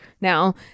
now